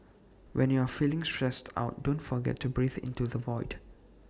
when you are feeling stressed out don't forget to breathe into the void